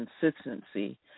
consistency